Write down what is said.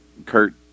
Kurt